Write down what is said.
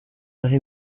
aho